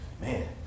Man